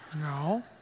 No